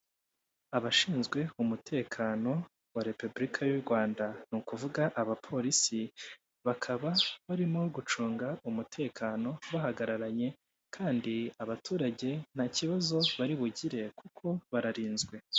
Abashinzwe umutekano wa repubulika y'Urwanda ni ukuvuga abapolisi, bakaba barimo gucunga umutekano bahagararanye; kandi abaturage nta kibazo bari bugire kuko bararinzwe.